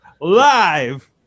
live